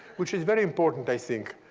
which is very important i think.